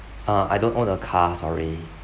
uh I don't own a car sorry